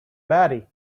batty